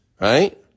right